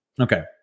Okay